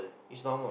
it's normal